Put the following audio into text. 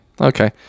Okay